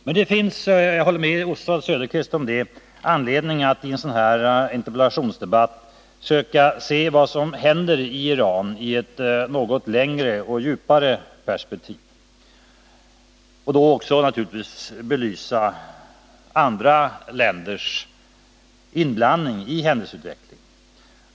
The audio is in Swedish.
Men det finns — jag håller med Oswald Söderqvist om det — anledning att i en sådan här interpellationsdebatt söka se vad som händer i Iran i ett något längre och djupare perspektiv. Då bör man naturligtvis också belysa andra länders inblandning i händelseutvecklingen.